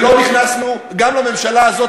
ולא נכנסנו גם לממשלה הזאת,